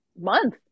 month